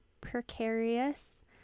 precarious